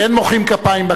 אין מוחאים כפיים בכנסת,